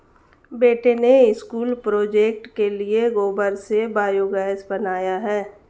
बेटे ने school project के लिए गोबर से बायोगैस बनाया है